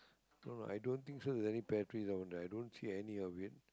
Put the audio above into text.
no no i don't think so there is any pear trees down there i don't see any of it